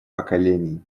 поколений